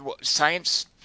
science